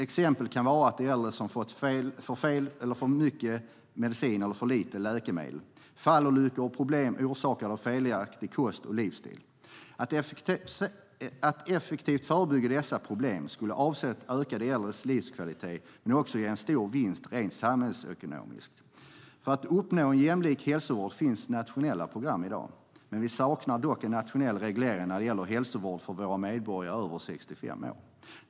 Exempel kan vara äldre som fått fel, för mycket eller för lite läkemedel, fallolyckor och problem orsakade av felaktig kost och livsstil. Att effektivt förebygga dessa problem skulle avsevärt öka de äldres livskvalitet men också ge en stor vinst rent samhällsekonomiskt. För att uppnå en jämlik hälsovård finns nationella program i dag. Vi saknar dock en nationell reglering när det gäller hälsovård för våra medborgare över 65 år.